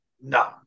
no